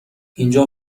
اینجا